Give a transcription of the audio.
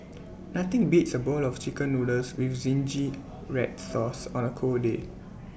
nothing beats A bowl of Chicken Noodles with Zingy Red Sauce on A cold day